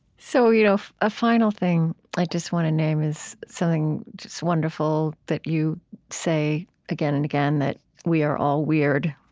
so you know a final thing i just want to name is something wonderful that you say again and again, that we are all weird.